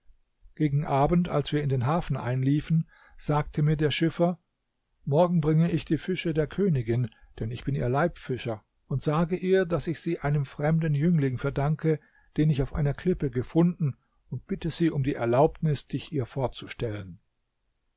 gegen abend als wir in den hafen einliefen sagte mir der schiffer morgen bringe ich die fische der königin denn ich bin ihr leibfischer und sage ihr daß ich sie einem fremden jüngling verdanke den ich auf einer klippe gefunden und bitte sie um die erlaubnis dich ihr vorzustellen